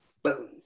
Boom